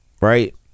right